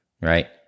Right